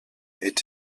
est